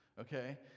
Okay